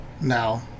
now